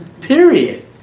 Period